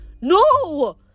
no